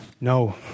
No